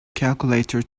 calculator